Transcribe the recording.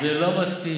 זה לא מספיק.